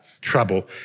trouble